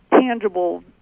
tangible